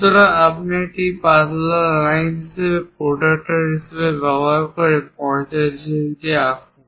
সুতরাং আপনি একটি পাতলা লাইন হিসাবে প্রটেক্টর ব্যবহার করে 45 ডিগ্রী আঁকুন